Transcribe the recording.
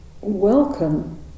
welcome